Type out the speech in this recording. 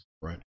right